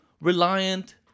reliant